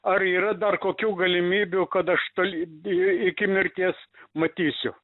ar yra dar kokių galimybių kad aš toli iki mirties matysiu